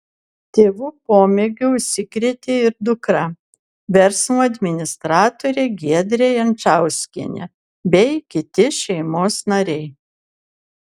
tėvų pomėgiu užsikrėtė ir dukra verslo administratorė giedrė jančauskienė bei kiti šeimos nariai